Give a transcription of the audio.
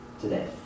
today